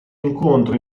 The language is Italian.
incontro